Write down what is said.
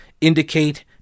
indicate